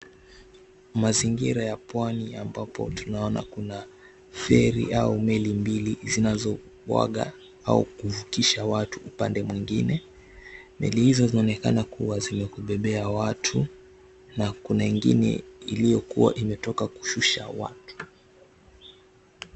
Mazingira ya Pwani ambapo tunaona kuna feri au meli mbili zinazobwaga au kuvukisha watu upande mwingine. Meli hizo zinaonekana kuwa zimebebea watu na kuna ingine iliyokuwa imetoka kushusha watu.